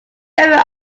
member